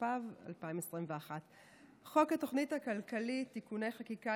התשפ"ב 2021. חוק התוכנית הכלכלית (תיקוני חקיקה